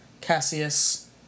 Cassius